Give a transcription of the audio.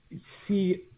see